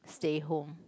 stay home